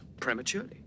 prematurely